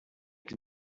can